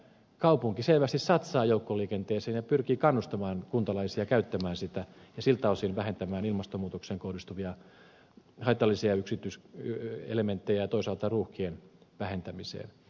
elikkä kaupunki selvästi satsaa joukkoliikenteeseen ja pyrkii kannustamaan kuntalaisia käyttämään sitä ja siltä osin vähentämään ilmastonmuutokseen kohdistuvia haitallisia elementtejä ja toisaalta ruuhkia